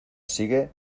sigue